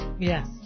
Yes